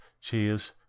Cheers